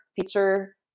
feature